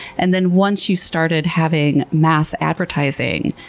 and then once you started having mass advertising,